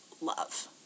love